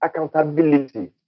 accountability